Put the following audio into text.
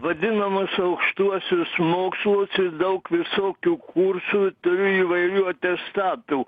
vadinamus aukštuosius mokslus ir daug visokių kursų turiu įvairių atestatų